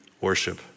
worship